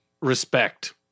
respect